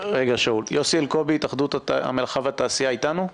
אתה איתנו?